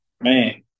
Man